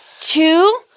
Two